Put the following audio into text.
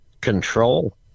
control